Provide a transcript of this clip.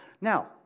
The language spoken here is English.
Now